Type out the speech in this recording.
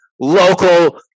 local